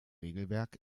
regelwerk